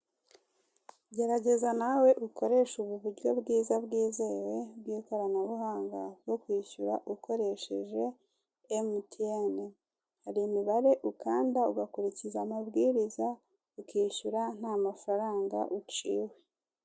Gerageza nawe ukoreshe ubu buryo bwiza bwizewe bw'ikoranabuhanga bwo kwishyura ukoesheje MTN, hari imibare ukanda ugakurikiza mabwiriza ukishyura nta amfaranga uciwe.